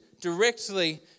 directly